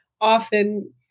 often